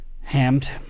hammed